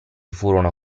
furono